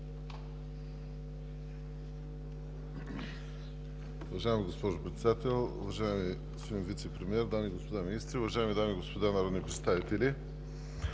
Уважаема госпожо Председател, уважаеми господин Вицепремиер, дами и господа министри, уважаеми дами и господа народни представители!